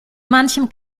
manchem